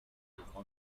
political